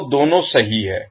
तो दोनों सही हैं